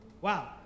wow